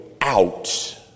out